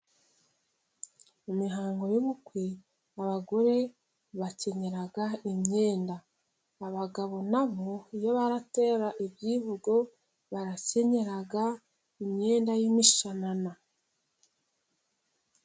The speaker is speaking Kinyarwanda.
Mu mihango y'ubukwe abagore bakenyera imyenda. Abagabo na bo iyo baratera ibyivugo barakenyera imyenda y'imishanana.